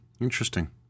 Interesting